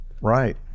Right